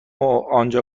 آنجا